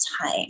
time